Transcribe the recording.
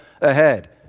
ahead